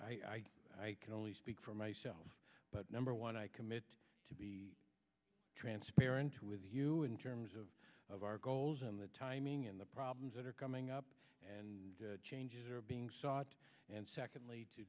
everything i can only speak for myself but number one i commit to be transparent with you in terms of of our goals and the timing and the problems that are coming up and changes are being sought and secondly to